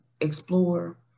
explore